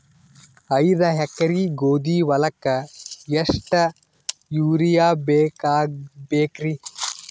ಐದ ಎಕರಿ ಗೋಧಿ ಹೊಲಕ್ಕ ಎಷ್ಟ ಯೂರಿಯಹಾಕಬೆಕ್ರಿ?